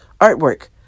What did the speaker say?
Artwork